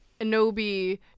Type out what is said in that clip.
Anobi